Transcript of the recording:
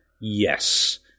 Yes